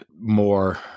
more